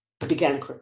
began